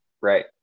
Right